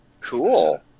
Cool